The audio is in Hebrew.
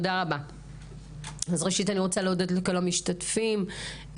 אני רוצה להודות לכל המשתתפים,